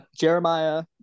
Jeremiah